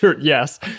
Yes